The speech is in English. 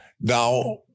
Now